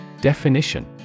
Definition